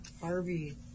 Harvey